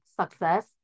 success